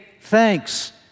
thanks